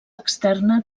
externa